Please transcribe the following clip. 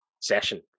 session